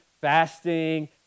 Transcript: fasting